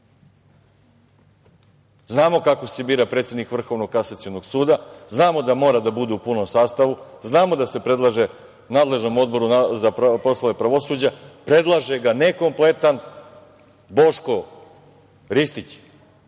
Znamo kako se bira predsednik Vrhovnog kasacionog suda. Znamo da mora da bude u punom sastavu. Znamo da se predlaže nadležnom Odboru za pravosuđe. Predlaže ga nekompletan Boško Ristić